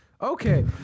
Okay